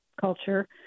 culture